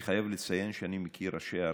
אני חייב לציין שאני מכיר ראשי ערים,